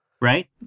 right